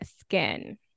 skin